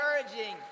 encouraging